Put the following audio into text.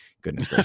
Goodness